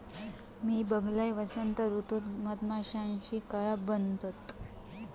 मी बघलंय, वसंत ऋतूत मधमाशीचे कळप बनतत